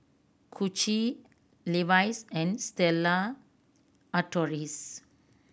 Gucci Levi's and Stella Artois